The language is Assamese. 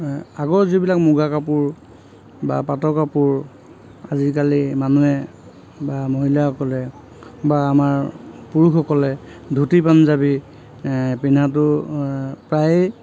আগৰ যিবিলাক মূগা কাপোৰ বা পাটৰ কাপোৰ আজিকালি মানুহে বা মহিলাসকলে বা আমাৰ পুৰুষসকলে ধুতি পাঞ্জাৱী পিন্ধাটো প্ৰায়েই